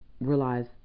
realize